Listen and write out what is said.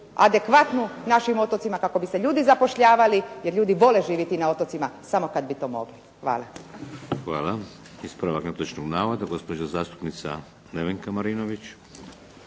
adekvatnu našim otocima kako bi se ljudi zapošljavali. Jer ljudi vole živjeti na otocima samo kad bi to mogli. Hvala. **Šeks, Vladimir (HDZ)** Hvala. Ispravak netočnog navoda gospođa zastupnica Nevenka Marinović.